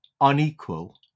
unequal